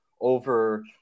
over